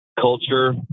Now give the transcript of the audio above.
culture